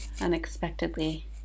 unexpectedly